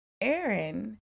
Aaron